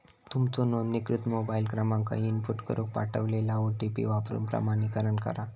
तुमचो नोंदणीकृत मोबाईल क्रमांक इनपुट करून पाठवलेलो ओ.टी.पी वापरून प्रमाणीकरण करा